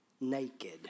naked